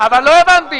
אבל לא הבנת.